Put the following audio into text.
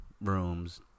rooms